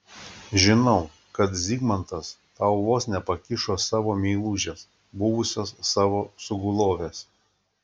žinau kad zigmantas tau vos nepakišo savo meilužės buvusios savo sugulovės